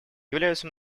являются